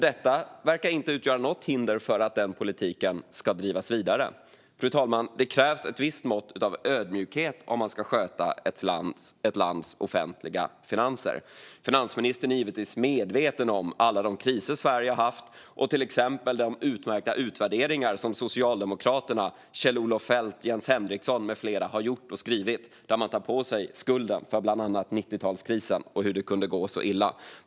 Detta verkar dock inte utgöra något hinder för att driva den politiken vidare. Fru talman! Det krävs ett visst mått av ödmjukhet om man ska sköta ett lands offentliga finanser. Finansministern är givetvis medveten om alla de kriser som Sverige har haft och de utmärkta utvärderingar som socialdemokraterna Kjell-Olof Feldt och Jens Henriksson med flera har gjort, där man tar på sig skulden för bland annat 90-talskrisen och hur det kunde gå så illa.